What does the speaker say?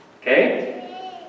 Okay